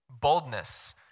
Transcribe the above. boldness